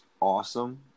awesome